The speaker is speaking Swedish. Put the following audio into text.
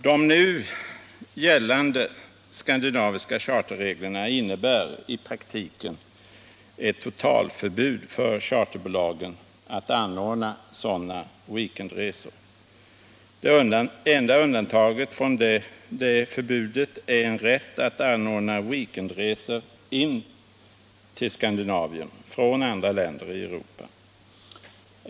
De nu gällande skandinaviska charterreglerna innebär i praktiken ett totalförbud för charterbolagen att anordna sådana weekendresor. Det enda undantaget från förbudet är en rätt att anordna weekendresor till Skandinavien från andra länder i Europa.